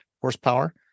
horsepower